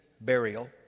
burial